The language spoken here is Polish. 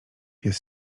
jest